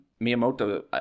Miyamoto